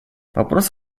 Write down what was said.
вопрос